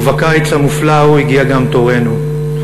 ובקיץ המופלא ההוא הגיע גם תורנו,